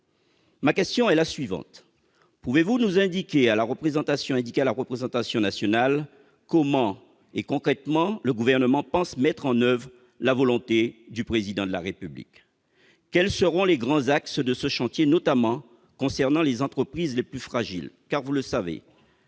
Ma question est la suivante : pouvez-vous indiquer à la représentation nationale comment le Gouvernement pense mettre concrètement en oeuvre la volonté du Président de la République ? Quels seront les grands axes de ce chantier, notamment pour les entreprises les plus fragiles ?